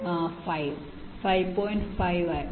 5 5